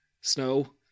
snow